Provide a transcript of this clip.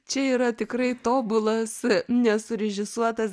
čia yra tikrai tobulas nesurežisuotas